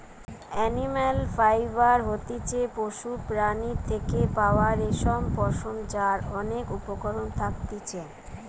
animal fibre হতিছে পশুর প্রাণীর থেকে পাওয়া রেশম, পশম যার অনেক উপকরণ থাকতিছে